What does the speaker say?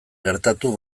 gertatu